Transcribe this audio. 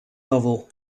novel